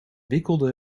wikkelde